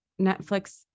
Netflix